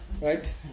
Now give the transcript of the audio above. Right